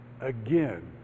again